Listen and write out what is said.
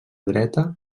dreta